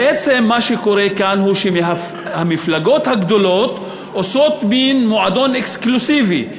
בעצם מה שקורה כאן הוא שהמפלגות הגדולות עושות מין מועדון אקסקלוסיבי,